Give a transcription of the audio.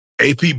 AP